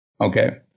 okay